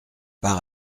par